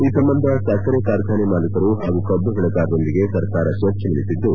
ಈ ಸಂಬಂಧ ಸಕ್ಕರೆ ಕಾರ್ಖಾನೆ ಮಾಲೀಕರು ಹಾಗೂ ಕಬ್ಲು ಬೆಳೆಗಾರರೊಂದಿಗೆ ಸರ್ಕಾರ ಚರ್ಚೆ ನಡೆಸಿದ್ದು